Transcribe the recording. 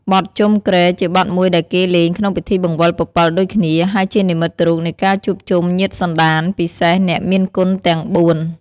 បទជុំគ្រែជាបទមួយដែលគេលេងក្នុងពិធីបង្វិលពពិលដូចគ្នា ហើយជានិមិត្តរូបនៃការជួបជុំញាតិសន្តាន ពិសេសអ្នកមានគុណទាំងបួន។